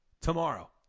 tomorrow